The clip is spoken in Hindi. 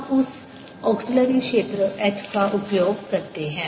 हम उस ऑक्सीलिरी क्षेत्र H का उपयोग करते हैं